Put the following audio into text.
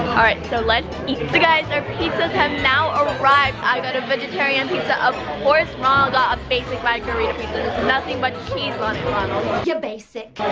alright, so lets eat! so guys, our pizzas have now arrived. i got a vegetarian pizza, of course ronald got a basic margarita pizza, there's nothing but cheese on yeah basic!